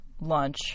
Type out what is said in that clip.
lunch